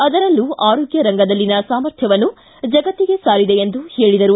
ಅದರಲ್ಲೂ ಆರೋಗ್ಯ ರಂಗದಲ್ಲಿನ ಸಾಮರ್ಥ್ಯವನ್ನು ಜಗತ್ತಿಗೇ ಸಾರಿದೆ ಎಂದು ಹೇಳಿದರು